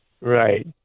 right